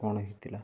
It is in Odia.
କ'ଣ ହେଇଥିଲା